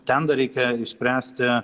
ten dar reikia išspręsti